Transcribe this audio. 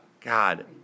god